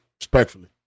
Respectfully